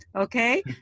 Okay